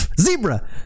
zebra